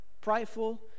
prideful